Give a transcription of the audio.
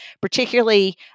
particularly